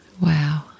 wow